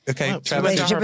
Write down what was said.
Okay